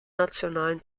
nationalen